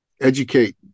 educate